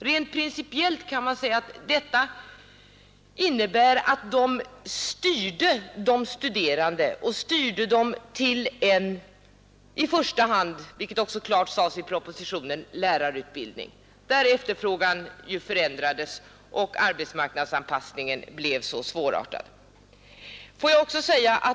Rent principiellt innebar detta att uppläggningen styrde de studerande mot i första hand — vilket också klart sades i propositionen — en lärarutbildning, där efterfrågan förändrades och arbetsmarknadsanpassningen blev svårartad.